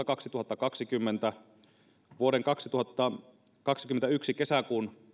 kaksituhattakaksikymmentä alusta vuoden kaksituhattakaksikymmentäyksi kesäkuun